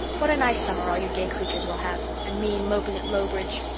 what a nice summer all you gay creatures will have! and me moping at lowbridge!